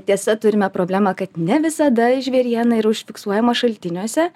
tiesa turime problemą kad ne visada žvėriena yra užfiksuojama šaltiniuose